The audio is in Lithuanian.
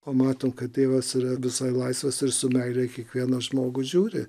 pamato kad tėvas yra visai laisvas ir su meile į kiekvieną žmogų žiūri